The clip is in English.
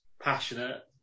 passionate